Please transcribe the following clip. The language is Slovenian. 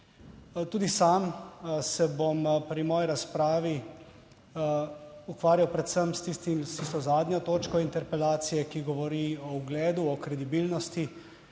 Tudi sam se bom pri moji razpravi ukvarjal predvsem s tistim, s tisto zadnjo točko interpelacije, ki govori o ugledu, o kredibilnosti